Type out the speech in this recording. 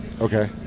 Okay